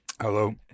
Hello